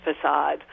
facade